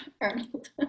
Arnold